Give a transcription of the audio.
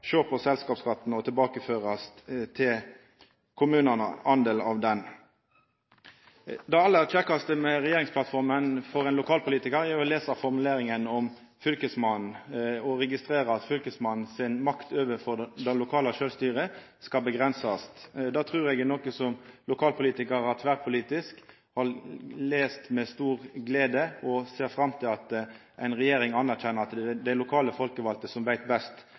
sjå på selskapsskatten, og at ein del av han skal tilbakeførast til kommunane. Det aller kjekkaste med regjeringsplattforma for ein lokalpolitikar er å lesa formuleringa om Fylkesmannen og registrera at Fylkesmannen si makt overfor det lokale sjølvstyret skal avgrensast. Det trur eg er noko lokalpolitikarar – tverrpolitisk – har lese med stor glede. Dei ser fram til at ei regjering anerkjenner at det er dei lokale folkevalde som veit best